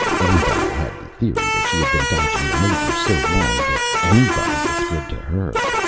engdahl had the theory that she had been dodging the major so long that anybody looked good to her,